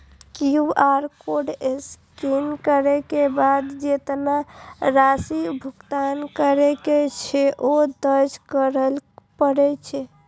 QR code scan करै के बाद जेतबा राशि भुगतान करै के छै, ओ दर्ज करय पड़ै छै